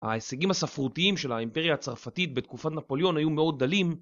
ההישגים הספרותיים של האימפריה הצרפתית בתקופת נפוליון היו מאוד דלים.